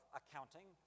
accounting